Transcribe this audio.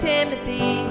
Timothy